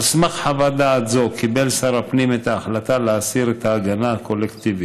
על סמך חוות דעת זו קיבל שר הפנים את ההחלטה להסיר את ההגנה הקולקטיבית.